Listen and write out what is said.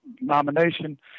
nomination